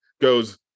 goes